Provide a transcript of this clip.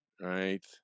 right